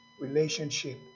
relationship